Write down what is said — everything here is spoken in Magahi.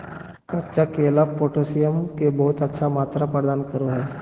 कच्चा केला पोटैशियम के बहुत अच्छा मात्रा प्रदान करो हइ